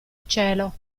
cielo